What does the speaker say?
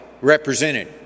represented